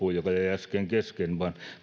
äsken kesken vaan muutamia huomioita joita